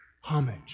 homage